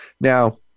Now